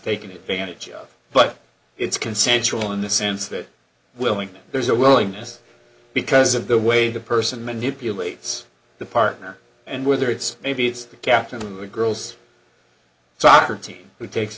taken advantage of but it's consensual in the sense that willingness there's a willingness because of the way the person manipulates the partner and whether it's maybe it's the captain of the girls soccer team who takes